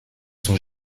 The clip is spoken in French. son